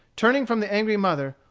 turning from the angry mother,